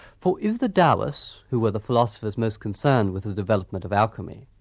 for if the taoists, who were the philosophers most concerned with the development of alchemy,